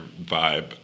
vibe